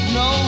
no